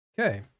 Okay